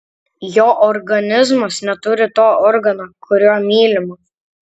jo organizmas neturi to organo kuriuo mylima